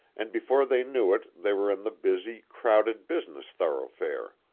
and before they knew it they were in the busy, crowded business thoroughfare.